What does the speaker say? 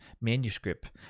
manuscript